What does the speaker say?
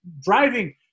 driving